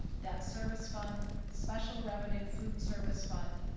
debt service fund, special revenue food service fund,